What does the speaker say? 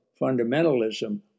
fundamentalism